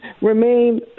remain